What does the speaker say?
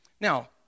Now